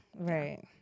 Right